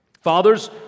Fathers